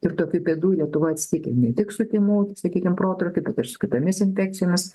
ir tokių bėdų lietuvoj atsitikę ne tik su tymų sakykim protrūkiu bet ir su kitomis infekcijomis